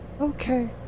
Okay